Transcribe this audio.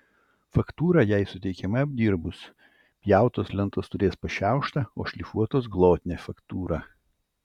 faktūra jai suteikiama apdirbus pjautos lentos turės pašiauštą o šlifuotos glotnią faktūrą